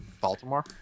Baltimore